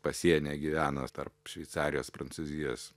pasienyje gyveno tarp šveicarijos prancūzijos